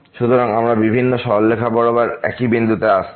সুতরাং আমরা বিভিন্ন সরলরেখা বরাবর এই বিন্দুতে আসছি